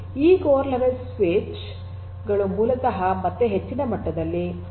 ಈ core level switch ಗಳು ಮೂಲತಃ ಮತ್ತೆ ಹೆಚ್ಚಿನ ಮಟ್ಟದಲ್ಲಿ ಒಟ್ಟುಗೂಡುತ್ತವೆ